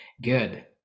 good